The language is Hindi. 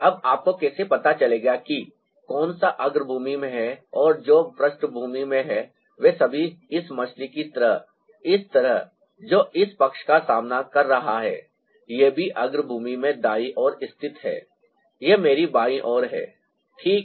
अब आपको कैसे पता चलेगा कि कौन सा अग्रभूमि में है और जो पृष्ठभूमि में है वे सभी इस मछली की तरह इस तरह जो इस पक्ष का सामना कर रहा है यह भी अग्रभूमि में दाईं ओर स्थित है यह मेरी बाईं ओर है ठीक है